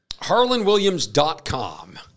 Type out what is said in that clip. HarlanWilliams.com